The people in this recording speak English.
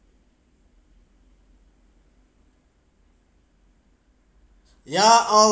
ya I'll